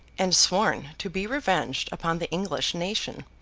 and sworn to be revenged upon the english nation,